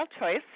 choice